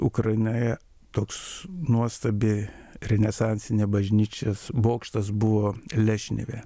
ukrainoje toks nuostabi renesansinė bažnyčios bokštas buvo lešnive